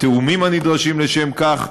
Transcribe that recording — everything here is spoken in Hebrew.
התיאומים הנדרשים לשם כך,